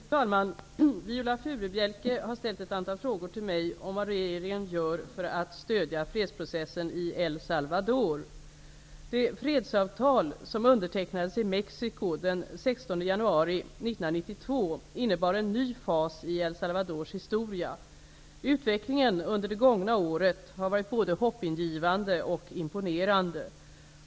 Fru talman! Viola Furubjelke har ställt ett antal frågor till mig om vad regeringen gör för att stödja fredsprocessen i El Salvador. januari 1992 innebar en ny fas i El Salvadors historia. Utvecklingen under det gångna året har varit både hoppingivande och imponerande.